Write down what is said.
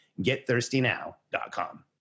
getthirstynow.com